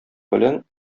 белән